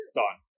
done